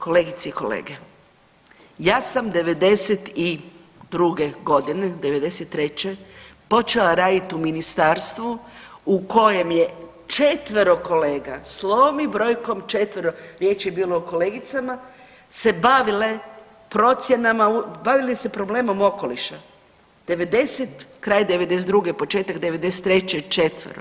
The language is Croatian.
Kolegice i kolege ja sam '92. godine, '93. počela raditi u ministarstvu u kojem je četvero kolega, slovom i brojkom četvero riječ je bilo o kolegicama se bavile procjenama, bavile se problemom okoliša '90., kraj '92. početak '93. četvero.